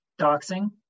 Doxing